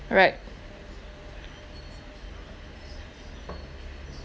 right